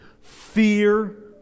Fear